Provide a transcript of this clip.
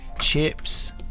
chips